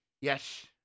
Yes